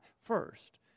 first